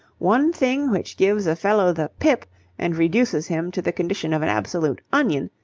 one thing which gives a fellow the pip and reduces him to the condition of an absolute onion,